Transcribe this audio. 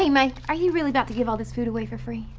hey mike. are you really about to give all this food away for free?